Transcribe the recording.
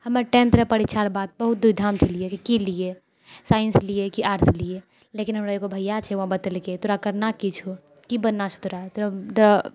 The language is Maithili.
हमे टेन्थके परीक्षाके बाद बहुत दुविधामे छलिए की लिअऽ साइन्स लिअऽ कि आर्ट्स लिअऽ लेकिन हमरा एगो भइआ छै ओ हमरा बतेलकै तोरा करना की छौ की बनना छौ तोरा